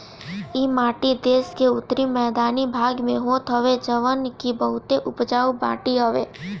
इ माटी देस के उत्तरी मैदानी भाग में होत हवे जवन की बहुते उपजाऊ माटी हवे